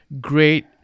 great